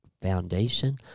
foundation